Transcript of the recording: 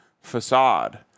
facade